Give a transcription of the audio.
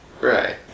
Right